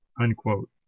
unquote